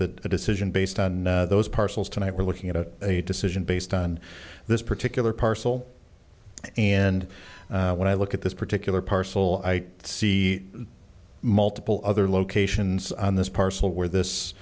the decision based on those parcels tonight we're looking at a decision based on this particular parcel and when i look at this particular parcel i see multiple other locations on this parcel where this